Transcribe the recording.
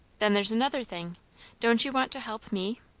then there's another thing don't you want to help me?